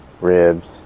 ribs